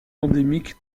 endémique